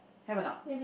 have or not